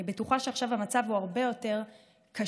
אני בטוחה שהמצב עכשיו הרבה יותר קשה.